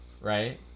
right